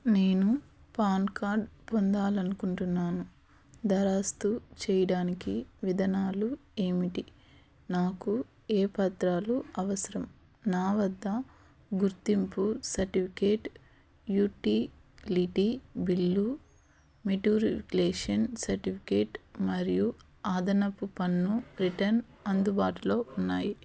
నేను PAN card పొందాలనుకుంటున్నాను దరఖాస్తు చేయడానికి విధానాలు ఏమిటి నాకు ఏ పత్రాలు అవసరం నా వద్ద గుర్తింపు certificate utility bill matriculation certificate మరియు అదనపు పన్ను రిటర్న్ అందుబాటులో ఉన్నాయి